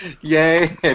Yay